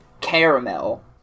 Caramel